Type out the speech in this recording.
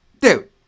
dude